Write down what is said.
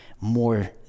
more